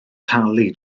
talu